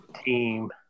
team